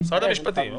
המשפטים.